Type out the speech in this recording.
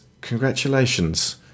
congratulations